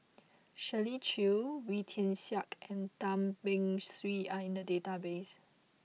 Shirley Chew Wee Tian Siak and Tan Beng Swee are in the database